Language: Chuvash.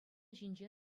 ҫинче